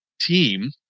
team